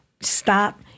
Stop